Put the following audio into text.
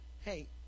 hey